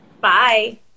Bye